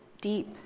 deep